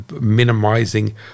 minimizing